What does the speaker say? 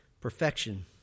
Perfection